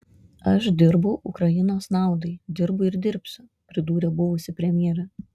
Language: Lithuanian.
aš dirbau ukrainos naudai dirbu ir dirbsiu pridūrė buvusi premjerė